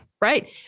right